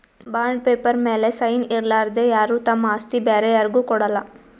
bond paper ಮ್ಯಾಲ್ sign ಇರಲಾರ್ದೆ ಯಾರು ತಮ್ ಆಸ್ತಿ ಬ್ಯಾರೆ ಯಾರ್ಗು ಕೊಡಲ್ಲ